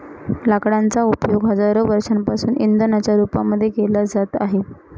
लाकडांचा उपयोग हजारो वर्षांपासून इंधनाच्या रूपामध्ये केला जात आहे